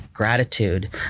gratitude